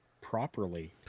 properly